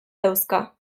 dauzka